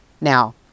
Now